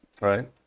Right